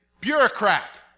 bureaucrat